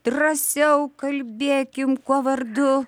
drąsiau kalbėkim kuo vardu